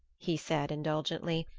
he said indulgently,